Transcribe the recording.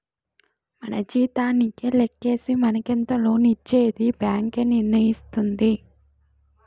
మన జీతానికే లెక్కేసి మనకెంత లోన్ ఇచ్చేది బ్యాంక్ ఏ నిర్ణయిస్తుంది